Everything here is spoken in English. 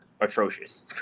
Atrocious